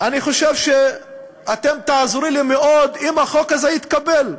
אני חושב שאתם תעזרו לי מאוד אם החוק הזה יתקבל,